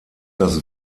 das